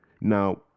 Now